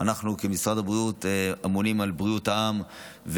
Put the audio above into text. אנחנו כמשרד הבריאות אמונים על בריאות העם,